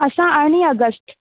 असां अरिड़हीं अगस्त